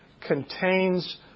contains